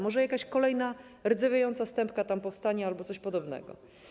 Może jakaś kolejna rdzewiejąca stępka tam powstanie albo coś podobnego.